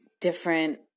different